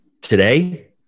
Today